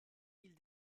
ils